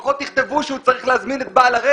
לפצל את זה.